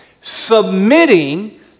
Submitting